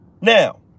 Now